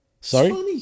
Sorry